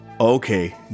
okay